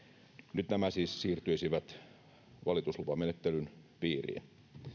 nyt nämä siis siirtyisivät valituslupamenettelyn piiriin